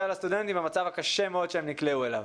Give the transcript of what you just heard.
על הסטודנטים במצב הקשה מאוד שהם נקלעו אליו.